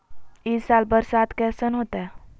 ई साल बरसात कैसन होतय?